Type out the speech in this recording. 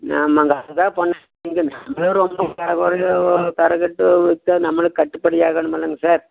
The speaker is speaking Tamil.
ஆமாங்க அதுதான் பண்ண நீங்கள் தரம் கொறைவா தரம்கெட்டு வித்தால் நம்மளுக்கு கட்டுப்படி ஆகணுமில்லங்க சார்